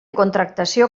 contractació